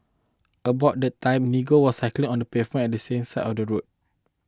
about that time Nigel was cycling on the pavement at the same side of the road